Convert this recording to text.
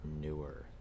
newer